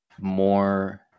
more